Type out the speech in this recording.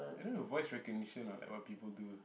I don't know voice recognition like what people do